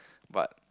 but